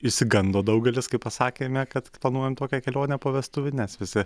išsigando daugelis kai pasakėme kad planuojam tokią kelionę po vestuvių nes visi